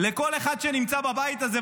לכל אחד שנמצא בבית הזה,